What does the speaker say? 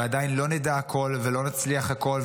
ועדיין לא נדע הכול ולא נצליח הכול,